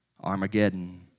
Armageddon